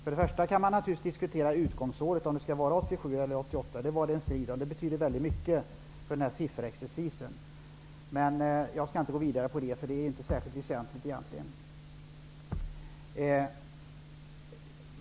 Vi kan naturligtvis diskutera om utgångsåret skall vara 1987 eller 1988; det var en strid. Det betyder väldigt mycket för sifferexercisen. Jag skall inte gå vidare där, för det är egentligen inte särskilt väsentligt.